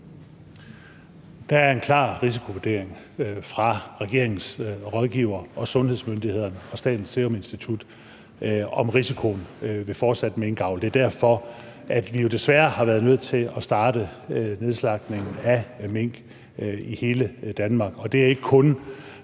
Der er en klar risikovurdering fra regeringens rådgivere og sundhedsmyndighederne og Statens Serum Institut om risikoen ved fortsat minkavl. Det er derfor, at vi jo desværre har været nødt til at starte nedslagtningen af mink i hele Danmark, og det er ikke kun